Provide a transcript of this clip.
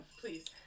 please